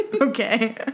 Okay